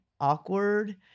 awkward